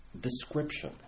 description